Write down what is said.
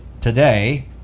today